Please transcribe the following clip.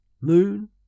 moon